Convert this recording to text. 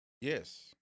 Yes